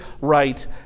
right